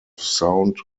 sound